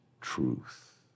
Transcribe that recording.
truth